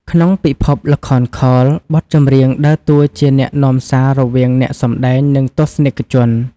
ក្នុងពិភពល្ខោនខោល បទចម្រៀងដើរតួជាអ្នកនាំសាររវាងអ្នកសម្ដែង និងទស្សនិកជន។